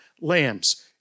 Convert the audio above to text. lambs